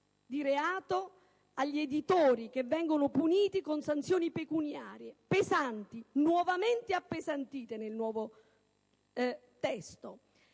di reato agli editori che vengono puniti con sanzioni pecuniarie pesanti, nuovamente appesantite nel nuovo testo.